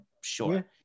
sure